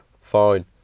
fine